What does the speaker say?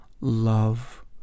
Love